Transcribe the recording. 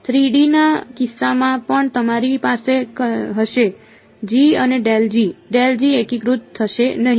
3D ના કિસ્સામાં પણ તમારી પાસે હશે અને એકીકૃત થશે નહીં